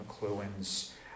McLuhan's